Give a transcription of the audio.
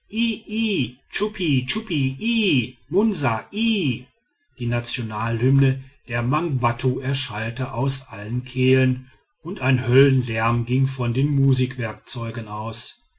die nationalhymne der mangbattu erschallte es aus allen kehlen und ein höllenlärm ging von den musikwerkzeugen aus